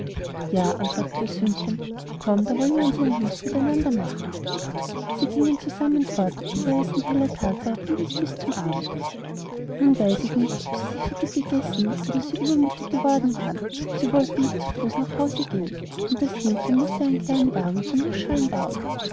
ja antwortete das hühnchen komm da wollen wir uns eine lust miteinander machen sie gingen zusammen fort und weil es ein heller tag war blieben sie bis zum abend nun weiß ich nicht ob sie sich so dick gegessen oder ob sie so übermüthig geworden waren sie wollten nicht zu fuß nach haus gehen und das hähnchen mußte einen kleinen wagen von